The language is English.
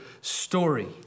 story